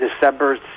December